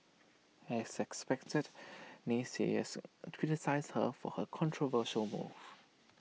as expected naysayers criticised her for her controversial move